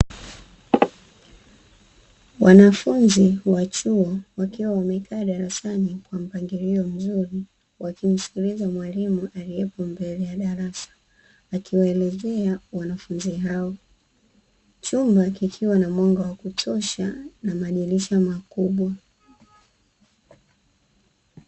Wanafunzi wa chuo, wakiwa wamekaa darasani kwa mpangilio mzuri, wakimsikiliza mwalimu aliyepo mbele ya darasa akiwaelezea wanafunzi hao, chumba kikiwa na mwanga wa kutosha na madirisha makubwa.